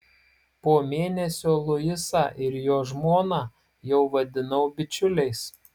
po mėnesio luisą ir jo žmoną jau vadinau bičiuliais